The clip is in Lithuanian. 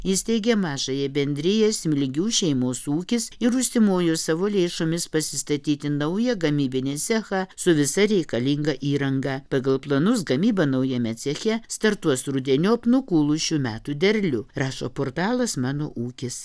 įsteigė mažąją bendriją smilgių šeimos ūkis ir užsimojo savo lėšomis pasistatyti naują gamybinį cechą su visa reikalinga įranga pagal planus gamyba naujame ceche startuos rudeniop nukūlus šių metų derlių rašo portalas mano ūkis